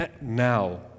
now